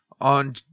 On